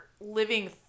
living